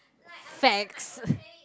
facts